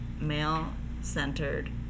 male-centered